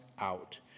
out